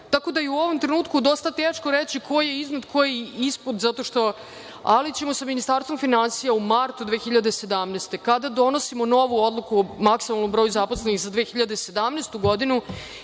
da je i u ovom trenutku dosta teško reći ko je iznad, ko je ispod, zato što, ali ćemo sa Ministarstvom finansija u martu 2017. kada donosimo novu odluku o maksimalnom broju zaposlenih za 2017. godinu,